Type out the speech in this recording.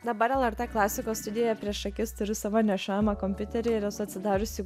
dabar lrt klasikos studijoje prieš akis turiu savo nešiojamą kompiuterį ir esu atsidariusi